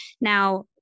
Now